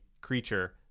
creature